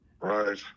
Right